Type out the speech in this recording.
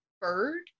bird